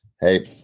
hey